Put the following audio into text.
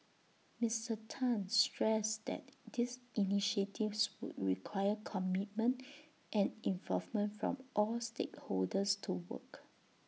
Mister Tan stressed that these initiatives would require commitment and involvement from all stakeholders to work